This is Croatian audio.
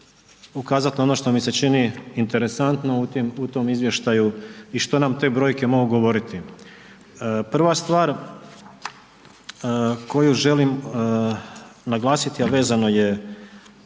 ukazati na ono što mi se čini interesantno u tom izvještaju i što nam te brojke mogu govoriti. Prva stvar koju želim naglasiti, a vezano je